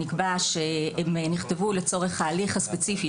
נקבע שתסקירי שירות מבחן נכתבו לצורך ההליך הספציפי